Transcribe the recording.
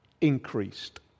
Increased